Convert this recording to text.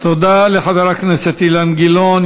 תודה לחבר הכנסת אילן גילאון.